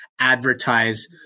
Advertise